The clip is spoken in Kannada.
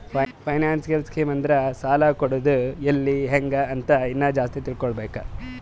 ಫೈನಾನ್ಸಿಯಲ್ ಸ್ಕೀಮ್ ಅಂದುರ್ ಸಾಲ ಕೊಡದ್ ಎಲ್ಲಿ ಹ್ಯಾಂಗ್ ಅಂತ ಇನ್ನಾ ಜಾಸ್ತಿ ತಿಳ್ಕೋಬೇಕು